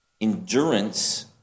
endurance